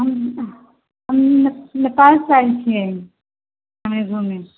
हम नेपाल सऽ आयल छियै अपने गाँवमे